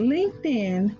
LinkedIn